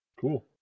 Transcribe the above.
Cool